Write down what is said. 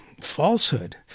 falsehood